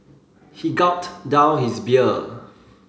he gulped down his beer